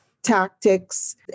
Tactics